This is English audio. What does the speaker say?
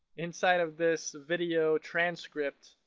inside of this video transcript,